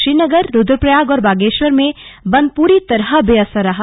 श्रीनगर रुद्रप्रयाग और बागेश्वर में बंद पूरी तरह बेअसर रहा